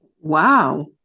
Wow